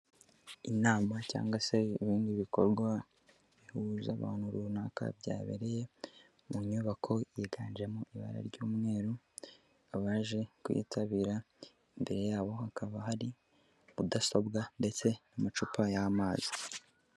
Inama cyangwa se ibindi bikorwa bihuza abantu runaka, byabereye mu nyubako yiganjemo ibara ry'umweru, abaje kuyitabira imbere yabo hakaba hari mudasobwa ndetse n'amacupa y'amazi.